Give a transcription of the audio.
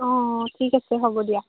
অ অ ঠিক আছে হ'ব দিয়া